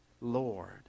Lord